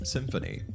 Symphony